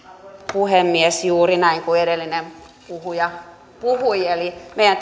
puhemies juuri näin kuin edellinen puhuja puhui eli meidän